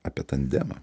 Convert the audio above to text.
apie tandemą